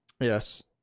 Yes